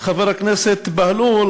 חבר הכנסת בהלול,